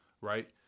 right